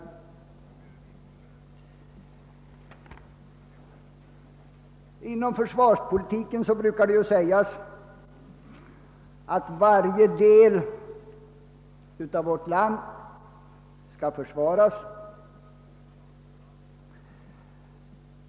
Inom försvarspolitiken brukar det sägas att varje del av vårt land skall försvaras.